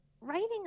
writing